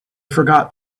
forgot